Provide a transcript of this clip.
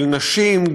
של נשים,